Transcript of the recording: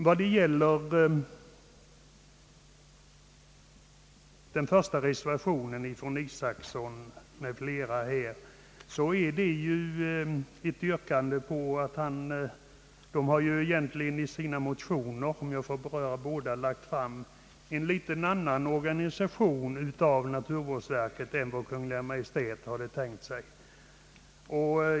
Reservation nr 1 av herr Isacson m.fl. grundar sig på ett motionspar, i vilket föreslås en organisation av naturvårdsverket som något skiljer sig från vad Kungl. Maj:t tänkt sig.